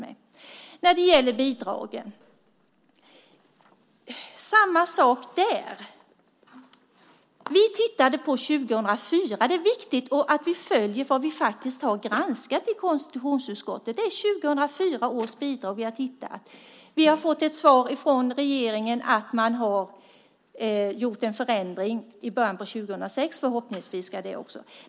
Det är samma sak när det gäller bidragen. Vi tittade på 2004. Det är viktigt att vi följer vad vi faktiskt har granskat i konstitutionsutskottet. Det är 2004 års bidrag vi har tittat på. Vi har fått ett svar från regeringen att man har gjort en förändring i början på 2006.